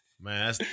Man